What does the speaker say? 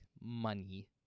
money